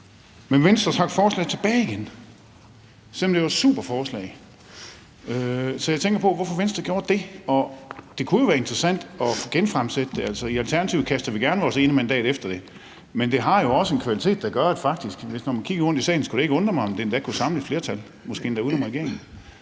Men Venstre trak forslaget tilbage igen, selv om det var et super forslag. Så jeg tænker på, hvorfor Venstre gjorde det, og det kunne jo være interessant at genfremsætte det. Altså, i Alternativet kaster vi gerne vores ene mandat efter det. Men det har jo også en kvalitet, der faktisk gør, at det kunne samle et flertal. Når man kigger rundt i salen, skulle det ikke undre mig, om det endda kunne samle et flertal, måske endda uden om regeringen.